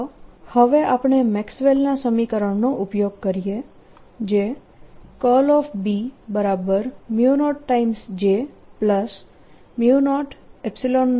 ચાલો હવે આપણે મેક્સવેલના સમીકરણનો ઉપયોગ કરીએ જે B0 J00E∂t છે